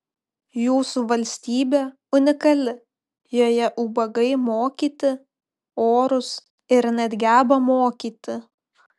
jūsų valstybė unikali joje ubagai mokyti orūs ir net geba mokyti